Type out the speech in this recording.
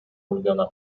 ulubiona